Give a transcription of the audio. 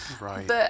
Right